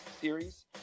series